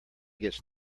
gets